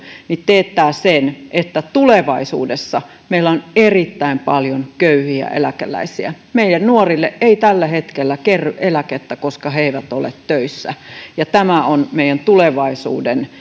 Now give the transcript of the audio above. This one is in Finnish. teettää sen että tulevaisuudessa meillä on erittäin paljon köyhiä eläkeläisiä meidän nuorille ei tällä hetkellä kerry eläkettä koska he eivät ole töissä ja tämä on tulevaisuutemme